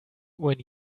when